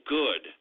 good